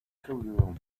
cairum